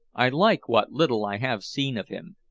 i like what little i have seen of him.